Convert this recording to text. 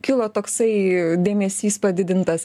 kilo toksai dėmesys padidintas